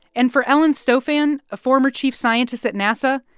and for ellen stofan, a former chief scientist at nasa,